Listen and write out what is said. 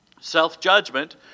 Self-judgment